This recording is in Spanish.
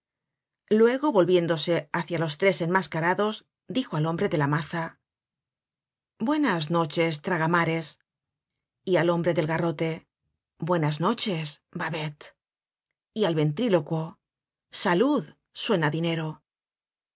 luego volviéndose hácia los tres enmascarados dijo al hombre de la maza buenas noches traga mares y al hombre del garrote buenas noches babel y al ventrílocuo salud